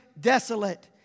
desolate